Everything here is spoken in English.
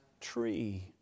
tree